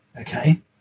okay